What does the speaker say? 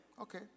Okay